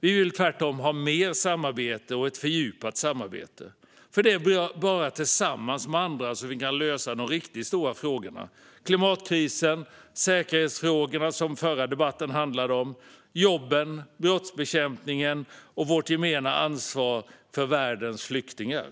Vi vill tvärtom ha mer samarbete och ett fördjupat samarbete, för det är bara tillsammans med andra som vi kan lösa de riktigt stora frågorna: klimatkrisen, säkerhetsfrågorna, som den förra debatten handlade om, jobben, brottsbekämpningen och vårt gemensamma ansvar för världens flyktingar.